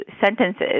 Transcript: sentences